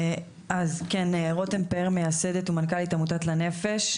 אני מייסדת ומנכ"לית עמותת לנפ"ש,